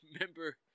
remember